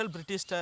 British